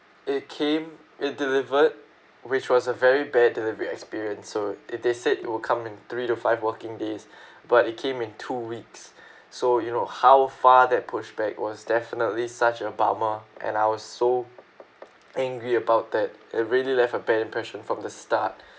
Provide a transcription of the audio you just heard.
it came it delivered which was a very bad delivery experience so it they said it will come in three to five working days but it came in two weeks so you know how far that pushback was definitely such a bummer and I was so angry about that it really left a bad impression from the start